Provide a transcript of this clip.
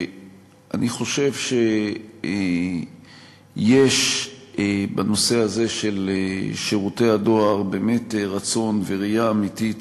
שאני חושב שיש בנושא הזה של שירותי הדואר באמת רצון וראייה אמיתית